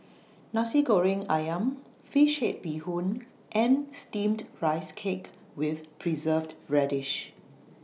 Nasi Goreng Ayam Fish Head Bee Hoon and Steamed Rice Cake with Preserved Radish